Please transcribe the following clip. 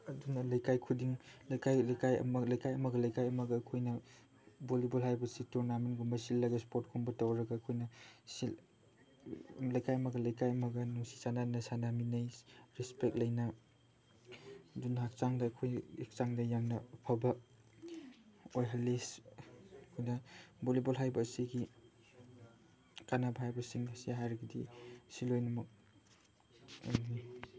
ꯑꯗꯨꯅ ꯂꯩꯀꯥꯏ ꯈꯨꯗꯤꯡ ꯂꯩꯀꯥꯏ ꯂꯩꯀꯥꯏ ꯑꯃ ꯂꯩꯀꯥꯏ ꯑꯃꯒ ꯂꯩꯀꯥꯏ ꯑꯃꯒ ꯑꯩꯈꯣꯏꯅ ꯚꯣꯂꯤꯕꯣꯜ ꯍꯥꯏꯕꯁꯤ ꯇꯨꯔꯅꯥꯃꯦꯟꯒꯨꯝꯕ ꯁꯤꯜꯂꯒ ꯏꯁꯄꯣꯔꯠꯀꯨꯝꯕ ꯇꯧꯔꯒ ꯑꯩꯈꯣꯏꯅ ꯂꯩꯀꯥꯏ ꯑꯃꯒ ꯂꯩꯀꯥꯏ ꯑꯃꯒ ꯅꯨꯡꯁꯤ ꯆꯥꯅꯅ ꯁꯥꯟꯅꯃꯤꯟꯅꯩ ꯔꯦꯁꯄꯦꯛ ꯂꯩꯅ ꯑꯗꯨꯅ ꯍꯛꯆꯥꯡꯗ ꯑꯩꯈꯣꯏ ꯍꯛꯆꯥꯡꯗ ꯌꯥꯝꯅ ꯑꯐꯕ ꯑꯣꯏꯍꯜꯂꯤ ꯑꯩꯈꯣꯏꯅ ꯚꯣꯂꯤꯕꯣꯜ ꯍꯥꯏꯕ ꯑꯁꯤꯒꯤ ꯀꯥꯅꯕ ꯍꯥꯏꯕꯁꯤꯡ ꯑꯁꯤ ꯍꯥꯏꯔꯕꯗꯤ ꯁꯤ ꯂꯣꯏꯅꯃꯛ ꯑꯣꯏꯒꯅꯤ